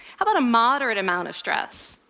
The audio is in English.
about a moderate amount of stress?